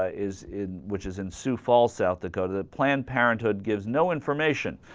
ah is in which is in sioux falls south dakota planned parenthood gives no information